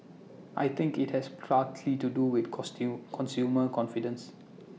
I think IT has to do with consumer confidence